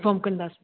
inform कंदासीं